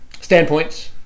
standpoints